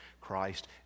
Christ